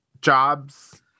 jobs